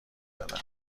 دادن